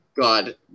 God